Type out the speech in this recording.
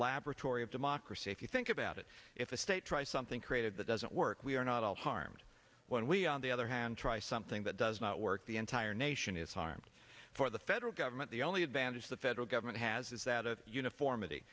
laboratory of democracy if you think about it if a state try something created that doesn't work we are not all harmed when we on the other hand try something that does not work the entire nation is harmed for the federal government the only advantage the federal government has is that of uniformity